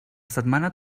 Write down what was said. setmana